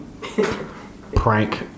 Prank